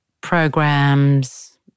programs